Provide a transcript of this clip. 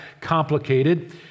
complicated